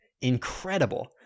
incredible